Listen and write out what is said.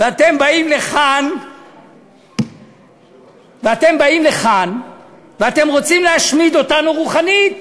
ואתם באים לכאן ואתם רוצים להשמיד אותנו רוחנית.